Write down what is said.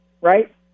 Right